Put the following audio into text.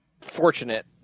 Fortunate